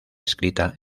escrita